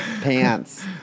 pants